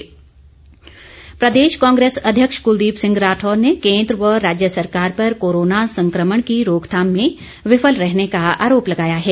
राठौर प्रदेश कांग्रेस अध्यक्ष कुलदीप सिंह राठौर ने केन्द्र व राज्य सरकार पर कोरोना संक्रमण की रोकथाम में विफल रहने का आरोप लगाया है